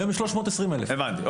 היום יש 320,000. הבנתי.